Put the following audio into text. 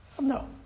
No